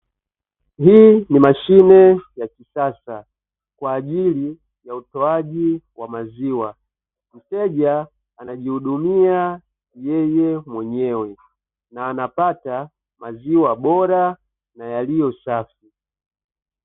Hii ni mashine ya kisasa kwa ajili ya utoaji wa maziwa, mteja anajihudumia yeye mwenyewe, na anapata maziwa bora na yaliyo safi.